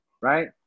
Right